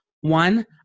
One